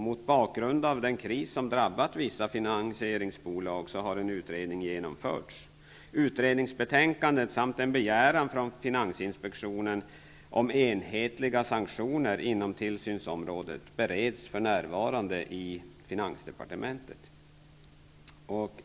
Mot bakgrund av den kris som drabbat vissa finansieringsbolag har en utredning genomförts. Utredningsbetänkandet samt en begäran från finansinspektionen om enhetliga sanktioner inom tillsynsområdet bereds för närvarande i finansdepartementet.